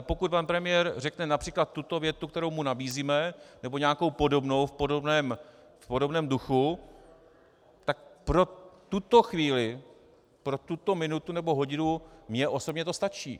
Pokud pan premiér například řekne tuto větu, kterou mu nabízíme, nebo nějakou podobnou v podobném duchu, tak pro tuto chvíli, pro tuto minutu nebo hodinu, mně osobně to stačí.